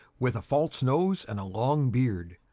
with a false nose and a long beard.